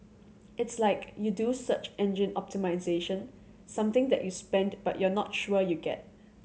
it's like you do search engine optimisation something that you spend but you're not sure you get